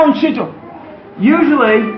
Usually